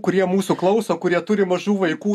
kurie mūsų klauso kurie turi mažų vaikų